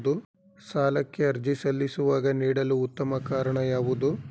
ಸಾಲಕ್ಕೆ ಅರ್ಜಿ ಸಲ್ಲಿಸುವಾಗ ನೀಡಲು ಉತ್ತಮ ಕಾರಣ ಯಾವುದು?